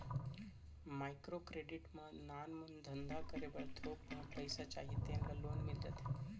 micro credit म नानमुन धंधा करे बर थोक बहुत पइसा चाही तेन ल लोन मिल जाथे